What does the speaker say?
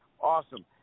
Awesome